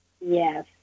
Yes